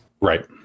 right